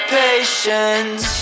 patience